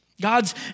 God's